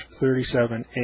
37A